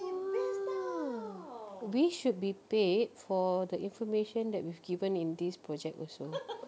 !wah! we should be paid for the information that we've given in this project also